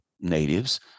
natives